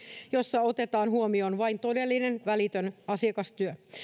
jossa otetaan huomioon vain todellinen välitön asiakastyö